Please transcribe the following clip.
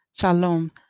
shalom